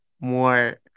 more